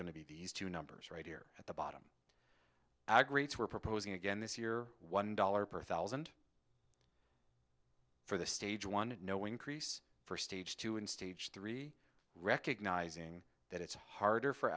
going to be these two numbers right here at the bottom ag rates we're proposing again this year one dollar per thousand for the stage one knowing crease for stage two and stage three recognizing that it's harder for